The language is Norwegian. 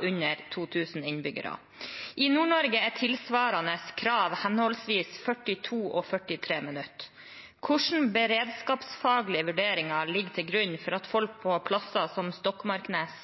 under 2 000 innbyggere. I Nord-Norge er tilsvarende krav henholdsvis 42 og 43 minutter. Hvilke beredskapsfaglige vurderinger ligger til grunn for at folk på steder som Stokmarknes,